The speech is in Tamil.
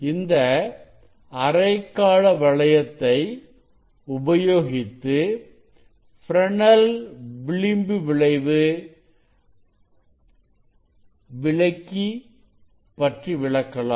இந்த அரைக்கால வளையத்தை உபயோகித்து ஃப்ரெனெல் விளிம்பு விளைவு பற்றி விளக்கலாம்